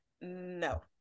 No